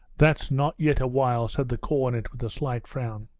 that's not yet awhile said the cornet with a slight frown.